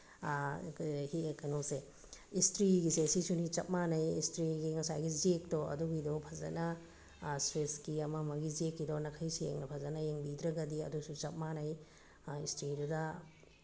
ꯀꯩꯅꯣꯁꯦ ꯏꯁꯇ꯭ꯔꯤꯒꯤꯁꯦ ꯁꯤꯁꯨꯅꯤ ꯆꯞ ꯃꯥꯟꯅꯩ ꯏꯁꯇ꯭ꯔꯤꯒꯤ ꯉꯁꯥꯏꯒꯤ ꯖꯦꯛꯇꯣ ꯑꯗꯨꯒꯤꯗꯣ ꯐꯖꯅ ꯁ꯭ꯋꯤꯁꯀꯤ ꯑꯃ ꯑꯃꯒꯤ ꯖꯦꯛꯀꯤꯗꯣ ꯅꯥꯈꯩ ꯁꯦꯡꯅ ꯐꯖꯅ ꯌꯦꯡꯕꯤꯗ꯭ꯔꯒꯗꯤ ꯑꯗꯨꯁꯨ ꯆꯞ ꯃꯥꯟꯅꯩ ꯏꯁꯇ꯭ꯔꯤꯗꯨꯗ